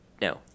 No